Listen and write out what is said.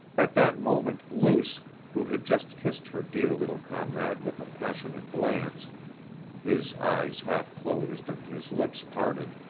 at that moment luce, who had just kissed her dear little comrade with a passionate glance his eyes half closed and his lips parted,